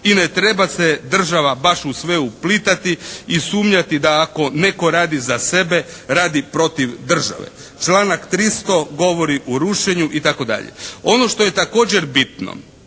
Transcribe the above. I ne treba se država baš u sve uplitati i sumnjati da ako netko radi za sebe radi protiv države. Članak 300. govori o rušenju itd. Ono što je također bitno,